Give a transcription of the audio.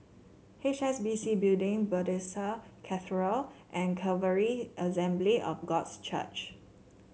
H S B C Building Bethesda Cathedral and Calvary Assembly of Gods Church